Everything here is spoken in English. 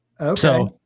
Okay